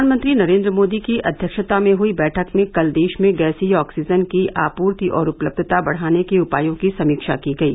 प्रधानमंत्री नरेंद्र मोदी की अध्यक्षता में हई बैठक में कल देश में गैसीय ऑक्सीजन की आपूर्ति और उपलब्धता बढाने के उपायों की समीक्षा की गई